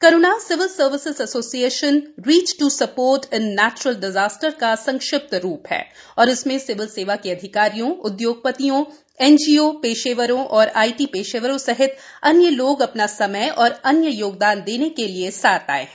Karuna civil services association reach to support in natural disaster का संक्षिप्त रूप है और इसमें सिविल सेवा के अधिकारियों उद्योगपतियों एनजीओ पेशेवरों और आईटी पेशेवरों सहित अन्य लोग अपना समय और अन्य योगदान देने के लिए साथ आए हैं